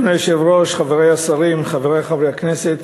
אדוני היושב-ראש, חברי השרים, חברי חברי הכנסת,